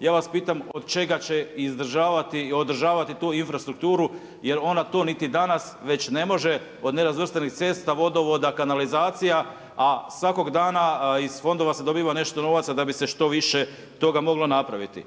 ja vas pitam od čega će izdržavati i održavati tu infrastrukturu jer ona to niti danas već ne može od nerazvrstanih cesta, vodovoda, kanalizacija a svakog dana iz fondova se dobiva nešto novaca da bi se što više toga moglo napraviti.